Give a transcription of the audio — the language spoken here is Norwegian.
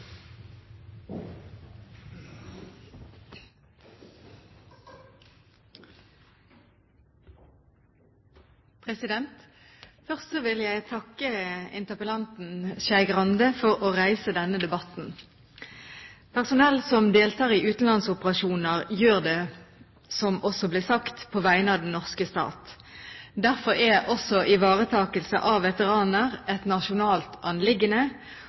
Først vil jeg takke interpellanten Skei Grande for å reise denne debatten. Personell som deltar i utenlandsoperasjoner, gjør det, som det også ble sagt, på vegne av den norske stat. Derfor er også ivaretakelse av veteraner et nasjonalt anliggende